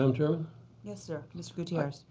um chair? yes, sir. mr. gutierrez.